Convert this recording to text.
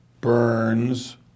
Burns